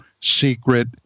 secret